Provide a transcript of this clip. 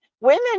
Women